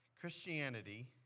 Christianity